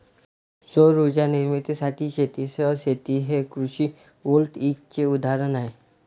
सौर उर्जा निर्मितीसाठी शेतीसह शेती हे कृषी व्होल्टेईकचे उदाहरण आहे